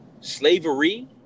slavery